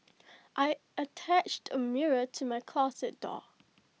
I attached A mirror to my closet door